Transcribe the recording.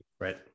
Right